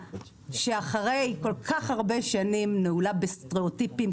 שאחרי כל כך הרבה שנים נעולה בסטריאוטיפים,